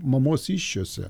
mamos įsčiose